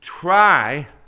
Try